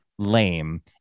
lame